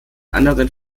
anderen